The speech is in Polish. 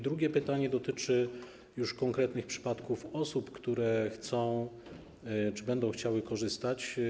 Drugie pytanie dotyczy konkretnych przypadków i osób, które chcą czy będą chciały korzystać.